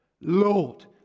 Lord